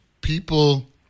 people